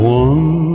one